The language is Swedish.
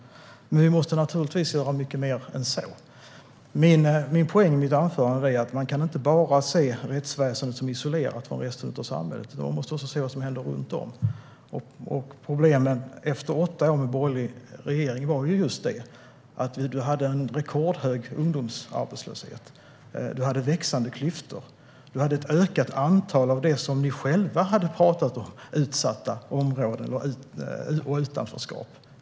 Vi måste dock göra mycket mer än så. Min poäng i mitt anförande är att man inte kan se rättsväsendet som isolerat från resten av samhället. Man måste också se vad som händer runt om. Problemen efter åtta år med en borgerlig regering var just detta: Vi hade en rekordhög ungdomsarbetslöshet, växande klyftor och ett ökat antal av det ni själva hade talat om, nämligen utsatta områden och utanförskap.